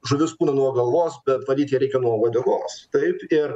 žuvis pūna nuo galvos bet valyt ją reikia nuolat uodegos taip ir